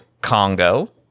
Congo